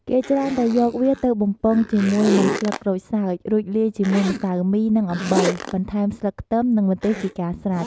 គេច្រើនតែយកវាទៅបំពងជាមួយនឹងស្លឹកក្រូចសើច រួចលាយជាមួយម្សៅមី និងអំបិល បន្ថែមស្លឹកខ្ទឹមនិងម្ទេសជាការស្រេច។